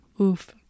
Oof